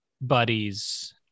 buddies